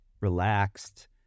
relaxed